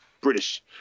british